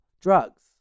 drugs